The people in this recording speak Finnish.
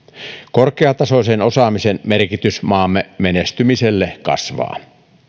korkeatasoisen osaamisen merkitys maamme menestymiselle kasvaa